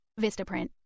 Vistaprint